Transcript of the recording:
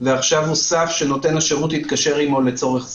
ועכשיו נוסף "שנותן השירות התקשר עמו לצורך זה",